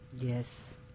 yes